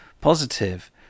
positive